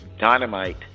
dynamite